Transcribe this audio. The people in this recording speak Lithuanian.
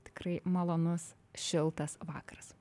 tikrai malonus šiltas vakaras